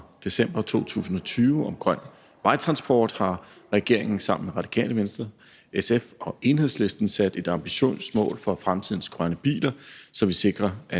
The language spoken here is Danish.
december 2020 om grøn vejtransport har regeringen sammen med Radikale Venstre, SF og Enhedslisten sat et ambitiøst mål for fremtidens grønne biler, så vi sikrer, at